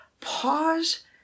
pause